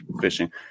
fishing